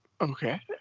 Okay